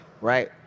right